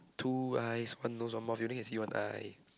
two eyes one nose one mouth you only can see one eye